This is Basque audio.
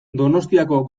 donostiako